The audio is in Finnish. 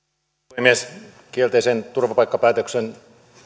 puhemies kielteisen turvapaikkapäätöksen